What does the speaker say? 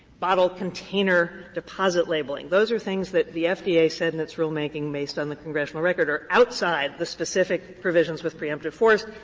bottle container deposit labeling those are things that the fda said in its rulemaking, based on the congressional record, are outside the specific provisions with preemptive force.